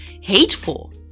hateful